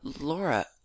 laura